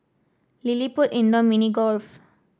LilliPutt Indoor Mini Golf